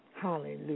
Hallelujah